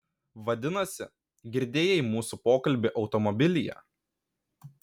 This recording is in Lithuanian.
vadinasi girdėjai mūsų pokalbį automobilyje